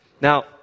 Now